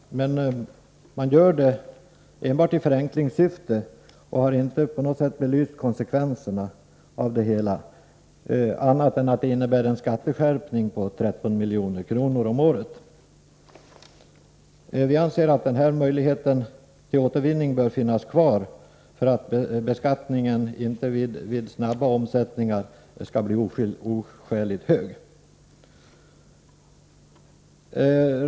Men regeringsförslaget grundar sig enbart på förenklingssyften, och konsekvenserna har inte på något sätt blivit belysta. Det framhålls endast att det skulle bli en skatteskärpning på 13 milj.kr. om året. För vår del anser vi att möjligheten till återvinning bör få finnas kvar för att hindra att beskattningen blir oskälig vid snabba omsättningar.